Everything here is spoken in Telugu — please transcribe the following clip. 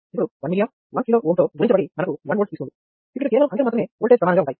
ఇప్పుడు 1 mA 1 kΩ తో గుణించబడి మనకు 1 Volt ఇస్తుంది ఇప్పుడు ఇక్కడ కేవలం అంకెలు మాత్రమే ఓల్టేజ్ ప్రమాణంగా ఉంటాయి